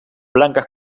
blancas